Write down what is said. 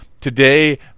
today